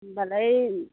होनबालाय